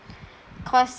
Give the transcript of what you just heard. cause